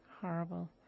Horrible